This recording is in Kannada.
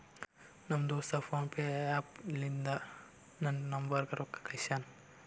ನಮ್ ದೋಸ್ತ ಫೋನ್ಪೇ ಆ್ಯಪ ಲಿಂತಾ ನನ್ ನಂಬರ್ಗ ರೊಕ್ಕಾ ಕಳ್ಸ್ಯಾನ್